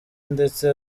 ndetse